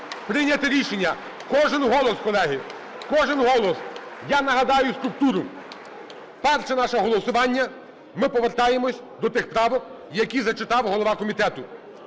прийняти рішення. Кожен голос, колеги! Кожен голос! Я нагадаю структуру. Перше наше голосування – ми повертаємось до тих правок, які зачитав голова комітету.